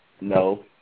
No